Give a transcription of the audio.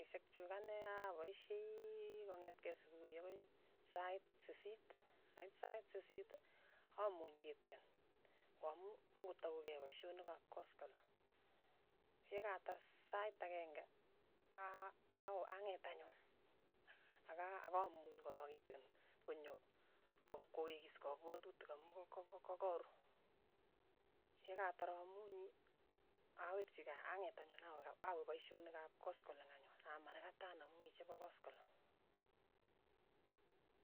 Shek chuk ane apaishei kong'etkei supuhi akoi sait sisiit, nait sait sisiit amuny kitikin, ko amu. muuch kotaukei paishonik ap kaskaleng, yekatar sait akeng'e, a- a ang'et anyun, aka- akamuny korok kitikin, konyo ko- kowekis kapwatutik amu ka- ka kakaru, yekatar amunyi, awekchikei ang'et anyun awe awe paishonik ap kaskaleng anyun, amaraketan amu mii chepo koskoleng.